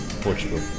Portugal